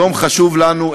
יום חשוב לנו,